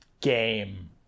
game